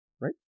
right